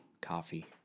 Coffee